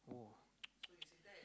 !woah!